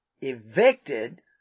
evicted